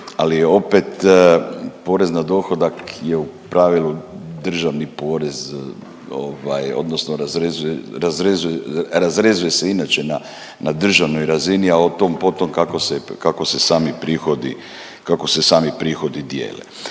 je opet porez na dohodak je u pravilu državni porez odnosno razrezuje se inače na državnoj razini, a o tom po tom kako se sami prihodi dijele.